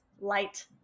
light